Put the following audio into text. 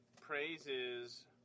praises